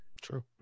True